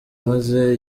umaze